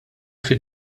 fid